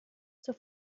zur